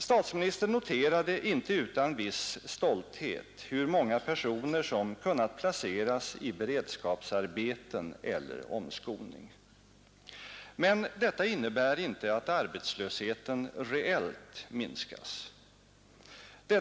Statsministern noterade inte utan viss stolthet hur många personer som kunnat placeras i beredskapsarbeten eller omskolning. Men detta innebär inte att arbetslösheten reellt minskats.